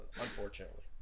unfortunately